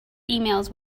emails